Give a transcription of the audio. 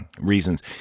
reasons